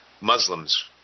Muslims